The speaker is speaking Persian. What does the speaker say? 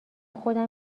خودم